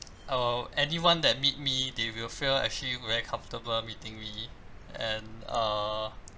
I will anyone that meet me they will feel actually very comfortable meeting me and uh